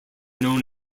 known